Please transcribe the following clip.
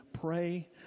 pray